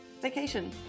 vacation